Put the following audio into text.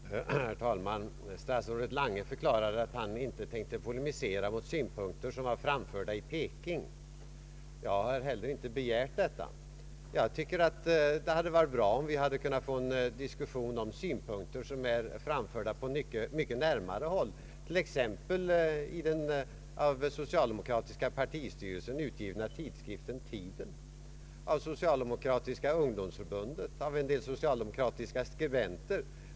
Herr talman! Statsrådet Lange förklarade att han inte tänkte polemisera mot synpunkter som anförts i Peking. Jag har inte heller begärt detta. Jag tycker att det hade varit bättre om vi hade kunnat få till stånd en diskussion om synpunkter som har anförts på mycket närmare håll, t.ex. i den av socialdemokratiska partistyrelsen utgivna tidskriften Tiden, av Socialdemokratiska ungdomsförbundet och av en del socialdemokratiska skribenter.